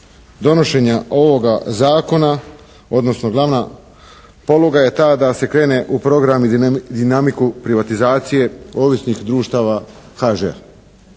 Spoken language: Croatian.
donošenja ovoga zakona, odnosno glavna poluga je ta da se krene u program i dinamiku privatizacije ovisnih društava HŽ-a.